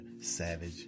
savage